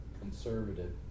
conservative